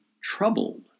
troubled